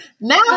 Now